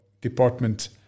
department